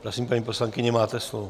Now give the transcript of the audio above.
Prosím, paní poslankyně, máte slovo.